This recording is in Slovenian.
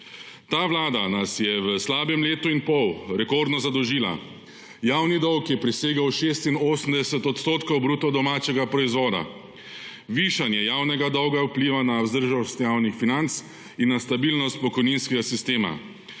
Ta vlada nas je v slabem letu in pol rekordno zadolžila. Javni dolg je presegel 86 % bruto domačega proizvoda. Višanje javnega dolga vpliva na vzdržnost javnih financ in na stabilnost pokojninskega sistema,